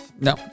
No